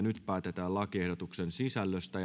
nyt päätetään lakiehdotuksen sisällöstä